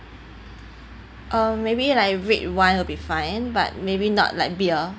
uh maybe like red wine will be fine but maybe not like beer